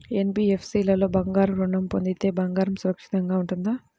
NBFC లో బంగారు ఋణం పొందితే బంగారం సురక్షితంగానే ఉంటుందా?